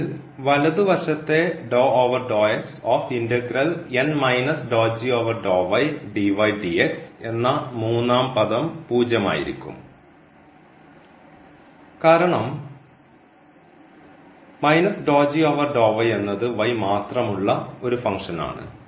ഇതിൽ വലതുവശത്തെ എന്ന മൂന്നാം പദം പൂജ്യമായിരിക്കും കാരണം എന്നത് മാത്രമുള്ള ഒരു ഫങ്ഷൻ ആണ്